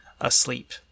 asleep